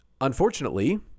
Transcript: unfortunately